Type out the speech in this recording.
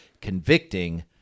convicting